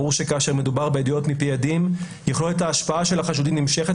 ברור שכאשר מדובר בעדויות מפי עדים יכולת ההשפעה של החשודים נמשכת